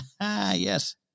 Yes